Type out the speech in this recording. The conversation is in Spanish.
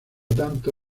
tanto